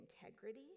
integrity